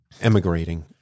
emigrating